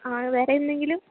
ആ വേറെയെന്തെങ്കിലും